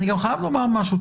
אני גם חייב לומר משהו.